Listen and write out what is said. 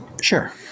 Sure